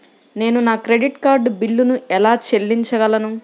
నేను నా credit card బిల్లును ఎలా చెల్లించగలను?